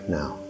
now